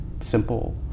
simple